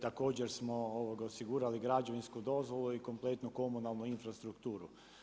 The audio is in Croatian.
Također smo osigurali građevinsku dozvolu i kompletnu komunalnu infrastrukturu.